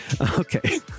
Okay